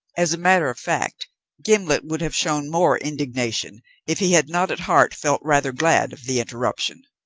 as a matter of fact gimblet would have shown more indignation if he had not at heart felt rather glad of the interruption.